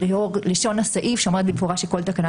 לשון הסעיף אומרת במפורש שכל תקנה